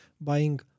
buying